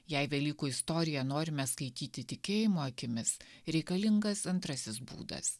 jei velykų istoriją norime skaityti tikėjimo akimis reikalingas antrasis būdas